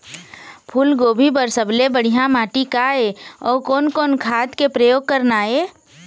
फूलगोभी बर सबले बढ़िया माटी का ये? अउ कोन कोन खाद के प्रयोग करना ये?